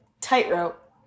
tightrope